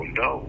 no